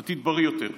עתיד בריא יותר.